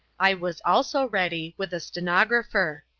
i was also ready, with a stenographer.